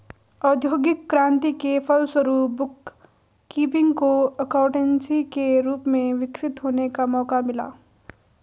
औद्योगिक क्रांति के फलस्वरूप बुक कीपिंग को एकाउंटेंसी के रूप में विकसित होने का मौका मिला